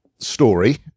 story